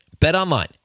BetOnline